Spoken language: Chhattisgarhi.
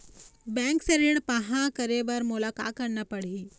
बैंक से ऋण पाहां करे बर मोला का करना पड़ही?